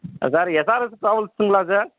sir SRS ட்ராவல்சுங்களா sir